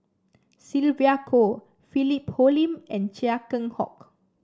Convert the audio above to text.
Sylvia Kho Philip Hoalim and Chia Keng Hock